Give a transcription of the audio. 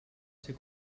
ser